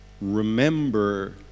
remember